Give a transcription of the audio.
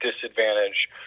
disadvantage